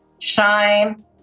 shine